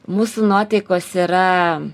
mūsų nuotaikos yra